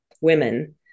women